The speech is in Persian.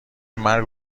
مرگ